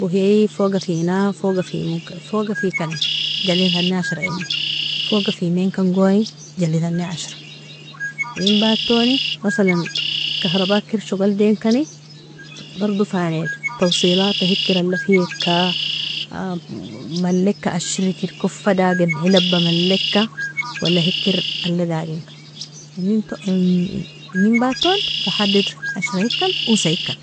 bohiyi fogafina fogafimo fogafikani Jalitani ashraimuo, fogafimankongoni jalitani ashra, inenbatoni masalan kahraba kiri shogaldinkani bardo fanair tawsilata heikira lafika maleka ashrikiri kofadagin ailaba maleka wala heikir aladagin, inenbaton fahadidr ashraikan osaikan.